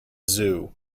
zoo